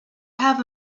have